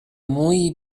مویی